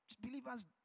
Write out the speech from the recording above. Believers